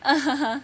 ha ha ha